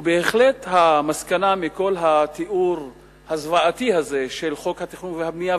ובהחלט המסקנה מכל התיאור הזוועתי הזה של חוק התכנון והבנייה,